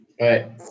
Right